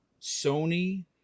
Sony